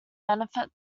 benefit